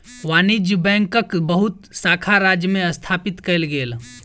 वाणिज्य बैंकक बहुत शाखा राज्य में स्थापित कएल गेल